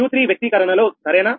Q3 వ్యక్తీకరణలో సరేనా